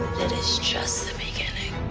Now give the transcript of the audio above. that is just the beginning.